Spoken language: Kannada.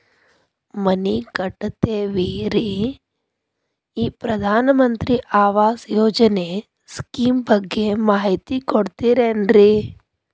ಮನಿ ಕಟ್ಟಕತೇವಿ ರಿ ಈ ಪ್ರಧಾನ ಮಂತ್ರಿ ಆವಾಸ್ ಯೋಜನೆ ಸ್ಕೇಮ್ ಬಗ್ಗೆ ಮಾಹಿತಿ ಕೊಡ್ತೇರೆನ್ರಿ?